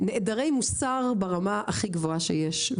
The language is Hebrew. נעדרי מוסר ברמה הכי גבוהה שיש.